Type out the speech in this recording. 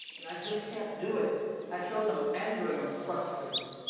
i just can't do it. that shows i'm angry or i'm frustrated.